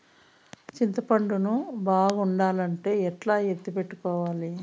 చింతపండు ను బాగుండాలంటే ఎట్లా ఎత్తిపెట్టుకోవాలి?